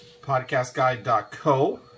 podcastguide.co